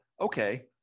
okay